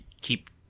keep